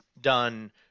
done